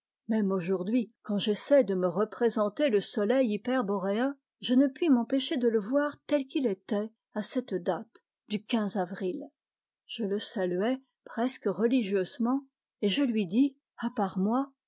même aujourd hui quand j essaie de me représenter le soleil hyperboréen je ne puis m'empêcher de le voir tel qu'il était à cette date du avril je le saluai presque religieusement et je lui dis à part moi